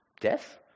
death